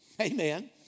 Amen